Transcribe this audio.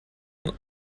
van